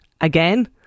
again